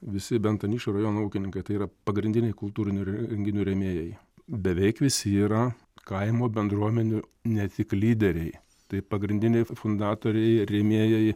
visi bent anykščių rajono ūkininkai tai yra pagrindiniai kultūrinių renginių rėmėjai beveik visi yra kaimo bendruomenių ne tik lyderiai tai pagrindiniai fundatoriai rėmėjai